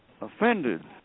offended